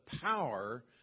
power